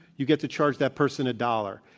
you get to charge that person a dollar.